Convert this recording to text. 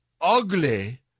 ugly